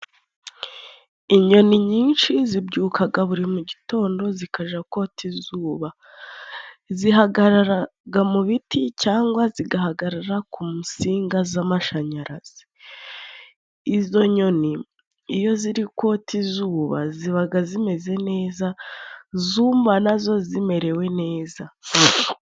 Inyoni nyinshi zibyukaga buri mu gitondo zikaja kota izuba . Zihagararaga mu biti cyangwa zigahagarara ku nsinga z'amashanyarazi. Izo nyoni iyo ziri kota izuba , zibaga zimeze neza zumva nazo zimerewe neza.